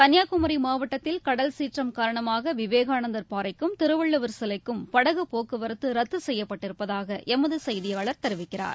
கள்ளியாகுமரி மாவட்டத்தில் கடல்சீற்றம் காரணமாக விவேகானந்தர் பாறைக்கும் திருவள்ளுவர் சிலைக்கும் படகு போக்குவரத்து ரத்து செய்யப்பட்டிருப்பதாக எமது செய்தியாளர் தெரிவிக்கிறார்